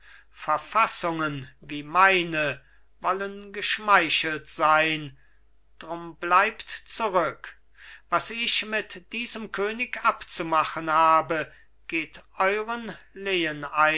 verfassungen wie meine wollen geschmeicheltsein drum bleibt zurück was ich mit diesem könig abzumachen habe geht euern